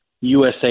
USA